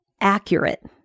accurate